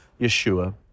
Yeshua